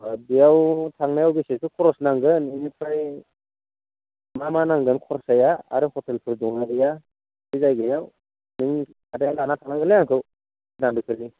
अह बेयाव थांनायाव बेसेसो खर'स नांगोन बेनिफ्राय मा मा नांगोन खरसाया आरो ह'टेलफोर दंना गैया बे जायगायाव नों आदाया लाना थांनांगोनलै आंखौ दान्दिसेनि